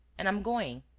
and i'm going.